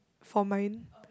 for mine